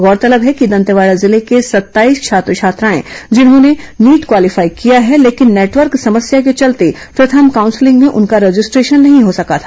गौरतलब है कि दंतेवाड़ा जिले के सत्ताईस छात्र छात्राएं जिन्होंने नीट क्वालिफाई किया है लेकिन नेटवर्क समस्या के चलते प्रथम काउंसलिंग में उनका रजिस्ट्रेशन नहीं हो सका था